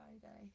Friday